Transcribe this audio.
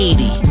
80